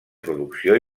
producció